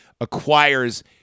acquires